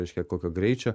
reiškia kokio greičio